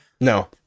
No